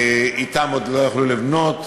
אִתן עוד לא יכלו לבנות.